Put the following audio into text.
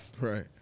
Right